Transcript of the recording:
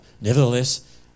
Nevertheless